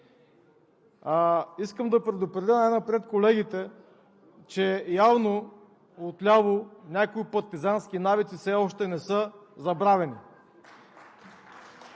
Искам да предупредя най-напред колегите, че явно отляво някои партизански навици все още не са забравени.